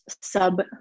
sub